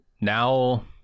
now